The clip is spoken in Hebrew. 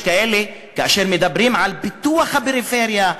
יש כאלה שכאשר הם מדברים על פיתוח בפריפריה,